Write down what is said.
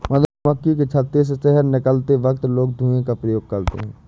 मधुमक्खी के छत्ते से शहद निकलते वक्त लोग धुआं का प्रयोग करते हैं